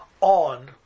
on